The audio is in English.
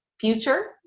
future